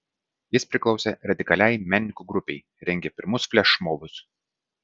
jis priklausė radikaliai menininkų grupei rengė pirmus flešmobus